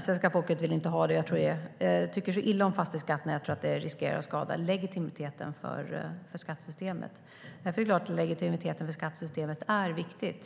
Svenska folket tycker så illa om fastighetsskatten att jag tror att den skulle riskera att skada legitimiteten för skattesystemet, och det är klart att legitimiteten för skattesystemet är viktig.